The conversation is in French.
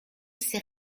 ses